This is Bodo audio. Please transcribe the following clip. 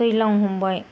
दैलां हमबाय